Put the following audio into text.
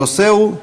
הנושא הוא: